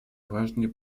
важные